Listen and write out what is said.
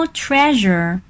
treasure 。